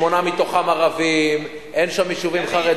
כשהתחלנו במענקים וראו שהלחץ מתגבר ומתגבשת גם קואליציה